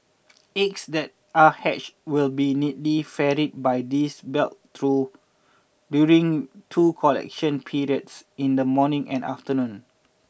eggs that are hatched will be neatly ferried by these belts two during two collection periods in the morning and afternoon